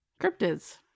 cryptids